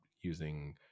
using